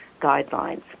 guidelines